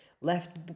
left